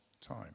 time